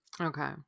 okay